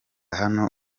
hano